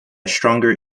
stronger